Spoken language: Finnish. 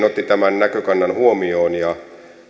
otti tämän näkökannan huomioon ja